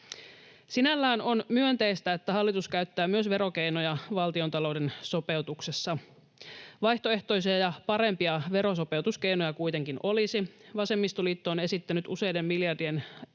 Sinällään on myönteistä, että hallitus käyttää myös verokeinoja valtiontalouden sopeutuksessa. Vaihtoehtoisia ja parempia verosopeutuskeinoja kuitenkin olisi. Vasemmistoliitto on esittänyt useiden miljardien